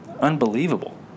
unbelievable